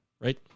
Right